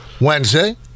Wednesday